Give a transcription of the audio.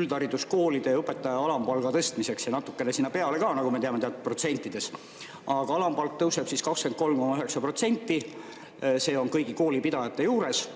üldhariduskoolide õpetajate alampalga tõstmiseks, ja natukene sinna peale ka, teatud protsent. Alampalk tõuseb 23,9%. See on kõigi koolipidajate juures,